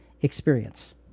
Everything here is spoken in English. experience